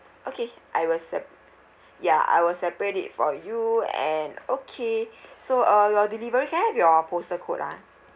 okay I will sep~ ya I will separate it for you and okay so uh your delivery can I have your postal code ah